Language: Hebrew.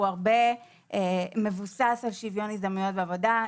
הרבה מבוסס על שוויון הזדמנויות בעבודה.